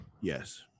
Yes